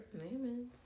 Amen